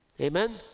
Amen